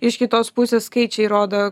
iš kitos pusės skaičiai rodo